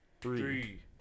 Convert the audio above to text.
three